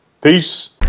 Peace